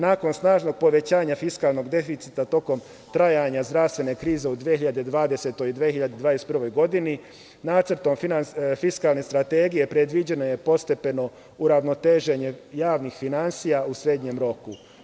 Nakon snažnog povećanja fiskalne deficita tokom trajanja zdravstvene krize u 2020. godini i 2021. godini Nacrtom fiskalne strategije predviđeno je postepeno uravnoteženje javnih finansija u srednjem roku.